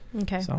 Okay